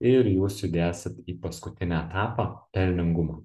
ir jūs judėsit į paskutinį etapą pelningumą